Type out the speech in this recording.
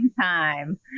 time